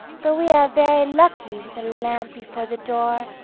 for we are very lucky, with a lamp before the door,